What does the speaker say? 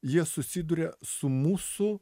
jie susiduria su mūsų